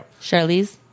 Charlize